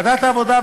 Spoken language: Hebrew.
ועדת העבודה,